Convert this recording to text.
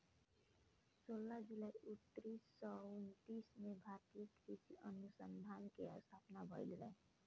सोलह जुलाई उन्नीस सौ उनतीस में भारतीय कृषि अनुसंधान के स्थापना भईल रहे